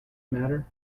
matter